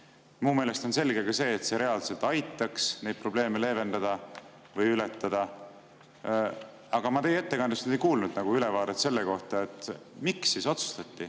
Minu meelest on selge ka see, et see [eelnõu] reaalselt aitaks neid probleeme leevendada või ületada. Aga ma teie ettekandest ei kuulnud nagu ülevaadet selle kohta, miks otsustati,